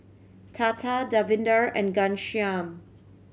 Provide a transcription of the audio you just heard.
Tata Davinder and Ghanshyam